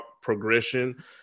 progression